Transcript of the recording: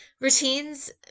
Routines